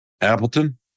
Appleton